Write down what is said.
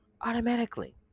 Automatically